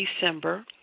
December